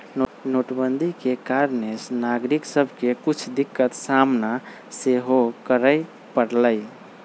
नोटबन्दि के कारणे नागरिक सभके के कुछ दिक्कत सामना सेहो करए परलइ